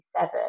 1987